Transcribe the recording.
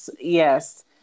Yes